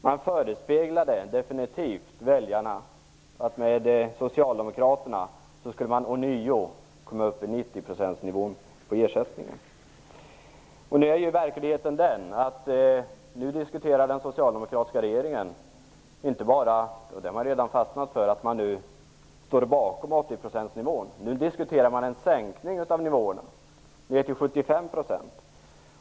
Man förespeglade definitivt väljarna att med socialdemokraterna vid makten skulle vi ånyo komma upp till en nivå på 90 % på ersättningen. Nu är verkligheten den att den socialdemokratiska regeringen inte bara diskuterar att man står bakom en nivå på 80 %- det har man redan fastnat för - utan även sänkning av nivån ner till 75 %.